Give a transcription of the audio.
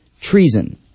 treason